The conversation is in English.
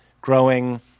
growing